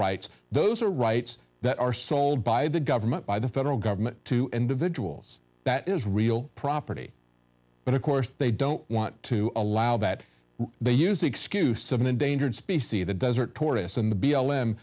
rights those are rights that are sold by the government by the federal government to individuals that is real property but of course they don't want to allow that they use the excuse of an endangered species the desert tortoise and